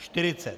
Čtyřicet.